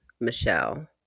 Michelle